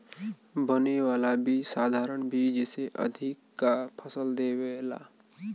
बने वाला बीज साधारण बीज से अधिका फसल देवेला